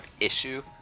issue